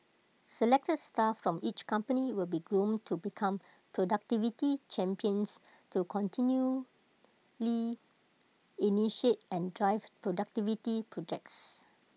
selected staff from each company will be groomed to become productivity champions to continually initiate and drive productivity projects